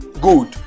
good